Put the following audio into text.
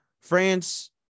France